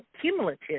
cumulative